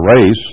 race